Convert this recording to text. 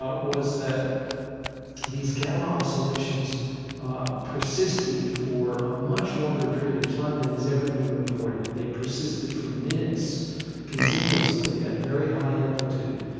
was that these gamma oscillations persisted for a much longer period of time than has ever been reported. they persisted for minutes continuously at very high amplitude.